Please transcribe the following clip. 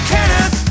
Kenneth